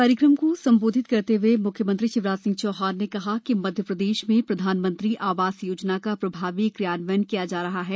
कार्यक्रम को संबोधित करने हये म्ख्यमंत्री शिवराजसिंह चौहान ने कहा कि मध्यप्रदेश में प्रधानमंत्री आवास योजना का प्रभावी क्रियान्वयन किया जा रहा है